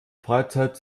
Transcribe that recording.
freizeit